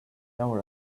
never